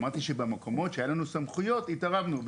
אמרתי שבמקומות שהיה לנו סמכויות התערבנו,